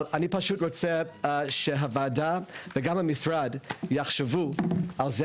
אני פשוט רוצה שהוועדה וגם המשרד יחשבו על זה